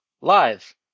live